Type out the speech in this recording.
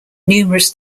numerous